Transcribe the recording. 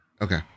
Okay